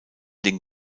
den